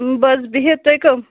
بَس بِہِتھ تُہۍ کٕم